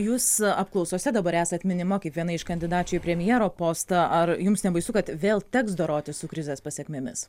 jūs apklausose dabar esat minima kaip viena iš kandidačių į premjero postą ar jums nebaisu kad vėl teks dorotis su krizės pasekmėmis